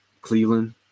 Cleveland